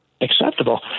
acceptable